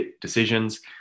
decisions